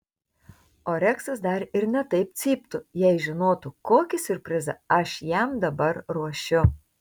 o reksas dar ir ne taip cyptų jei žinotų kokį siurprizą aš jam dabar ruošiu